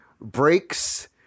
breaks